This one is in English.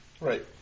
Right